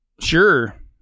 Sure